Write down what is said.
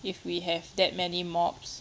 if we have that many mobs